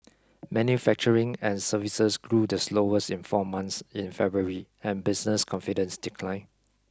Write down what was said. manufacturing and services grew the slowest in four months in February and business confidence declined